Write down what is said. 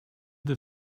that